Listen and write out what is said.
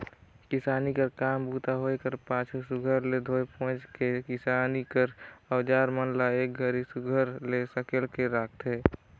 किसानी कर काम बूता होए कर पाछू सुग्घर ले धोए पोएछ के किसानी कर अउजार मन ल एक घरी सुघर ले सकेल के राखथे